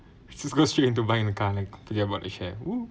just go straight into buying a car like thinking about the share !woo!